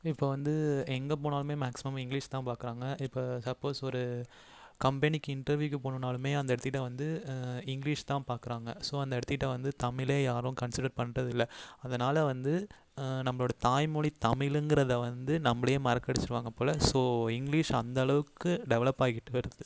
இப்போது வந்து எங்கே போனாலுமே மேக்சிமம் இங்கிலிஷ் தான் பார்க்குறாங்க இப்போ சப்போஸ் ஒரு கம்பெனிக்கு இன்டர்வியூக்கு போகணுன்னாலுமே அந்த இடத்துக்கிட்ட வந்து இங்கிலிஷ் தான் பார்க்குறாங்க ஸோ அந்த இடத்துக்கிட்ட வந்து தமிழே யாரும் கன்சிடர் பண்ணுறதில்ல அதனால் வந்து நம்மளுடைய தாய்மொழி தமிழுங்கிறத வந்து நம்மளை மறக்கடிச்சுடுவாங்க போல ஸோ இங்கிலீஷ் அந்த அளவுக்கு டெவலப் ஆகிக்கிட்டு வருது